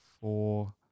Four